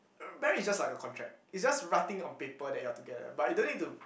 marriage is just like a contract is just writing on a paper that you're together but you don't need to